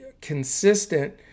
consistent